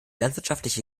landwirtschaftliche